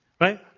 Right